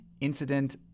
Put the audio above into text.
incident